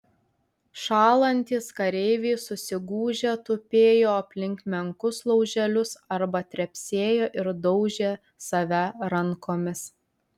šąlantys kareiviai susigūžę tupėjo aplink menkus lauželius arba trepsėjo ir daužė save rankomis